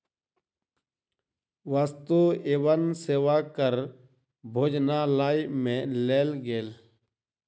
वस्तु एवं सेवा कर भोजनालय में लेल गेल